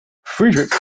friedrich